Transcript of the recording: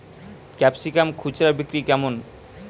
Capsicum খুচরা বিক্রি কেমন?